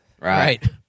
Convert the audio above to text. Right